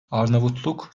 arnavutluk